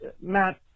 Matt